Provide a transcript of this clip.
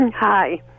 Hi